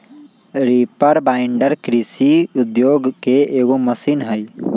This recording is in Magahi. रीपर बाइंडर कृषि उद्योग के एगो मशीन हई